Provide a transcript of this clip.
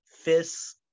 fists